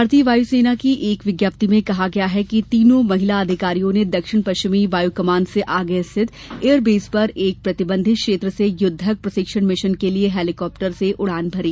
भारतीय वायुसेना की एक विज्ञप्ति में कहा गया है कि तीनों महिला अधिकारियों ने दक्षिण पश्चिमी वायु कमान से आगे स्थित एयरबेस पर एक प्रतिबंधित क्षेत्र से युद्धक प्रशिक्षण मिशन के लिए हेलीकॉप्टर से उड़ान भरी